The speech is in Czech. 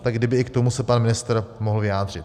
Tak kdyby i k tomu se pan ministr mohl vyjádřit.